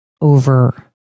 over